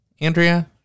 Andrea